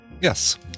Yes